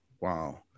Wow